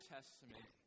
Testament